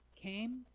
came